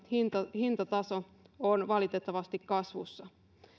hintataso on valitettavasti kasvussa